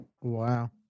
wow